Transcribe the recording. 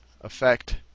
Effect